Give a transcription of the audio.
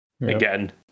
again